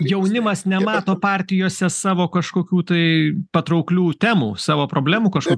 jaunimas nemato partijose savo kažkokių tai patrauklių temų savo problemų kažko